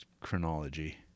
chronology